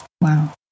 Wow